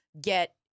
get